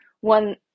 one